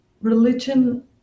religion –